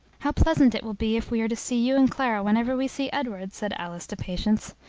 how pleasant it will be, if we are to see you and clara whenever we see edward! said alice to patience.